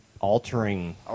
altering